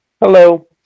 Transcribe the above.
Hello